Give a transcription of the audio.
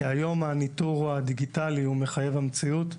היום הניטור הדיגיטלי הוא מחויב המציאות.